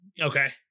Okay